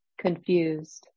confused